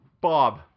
Bob